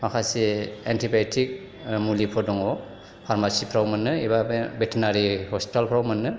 माखासे antibiotic मुलिफोर दङ पार्मासिफ्राव मोनो एबा बे बेटेनारि हस्पिटेलफ्राव मोनो